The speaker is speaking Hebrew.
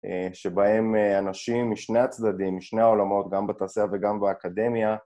שבהם אנשים משני הצדדים, משני העולמות, גם בתעשייה וגם באקדמיה.